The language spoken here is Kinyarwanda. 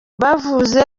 bavuze